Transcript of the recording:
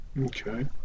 Okay